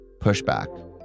pushback